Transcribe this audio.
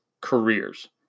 careers